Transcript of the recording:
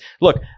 look